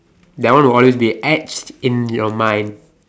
that one will always be etched in your mind